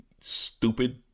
stupid